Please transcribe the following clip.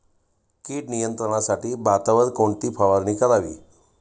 कीड नियंत्रणासाठी भातावर कोणती फवारणी करावी?